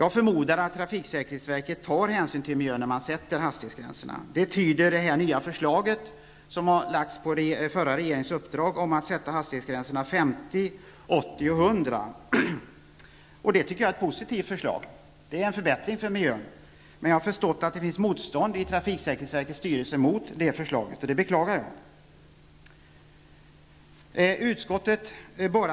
Jag förmodar att trafiksäkerhetsverket tar hänsyn till miljön när hastighetsgränserna sätts. Det nya förslaget, som har kommit som följd av den tidigare regeringens uppdrag, talar om att sätta hastighetsgränserna till 50, 80 och 100 km/tim. Det är ett positivt förslag, och det utgör en förbättring för miljön. Men jag har förstått att det finns ett motstånd i trafiksäkerhetsverkets styrelse mot förslaget, vilket jag beklagar. Utskottet